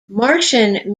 martian